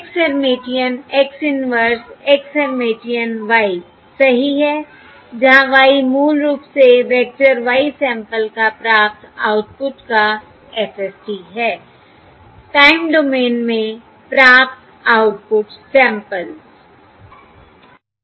X Hermitian X inverse X Hermitian Y सही है जहां Y मूल रूप से वेक्टर Y सैंपल का प्राप्त आउटपुट का FFT है टाइम डोमेन में प्राप्त आउटपुट सैंपल्स